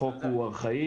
החוק הוא ארכאי,